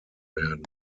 werden